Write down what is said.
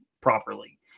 properly